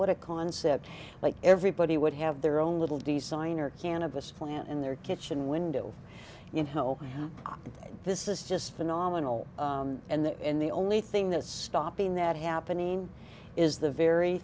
what a concept like everybody would have their own little designer cannabis plant in their kitchen window you know this is just phenomenal and the only thing that's stopping that happening is the very